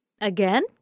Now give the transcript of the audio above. again